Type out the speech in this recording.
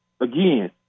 again